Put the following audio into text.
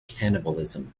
cannibalism